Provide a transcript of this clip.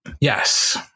Yes